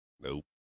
Nope